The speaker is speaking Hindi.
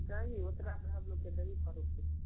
नही उतना में हम लोग के नहीं